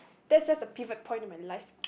that's just a pivot point in my life